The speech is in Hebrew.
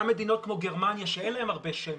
גם מדינות כמו גרמניה שאין להן הרבה שמש,